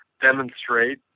demonstrate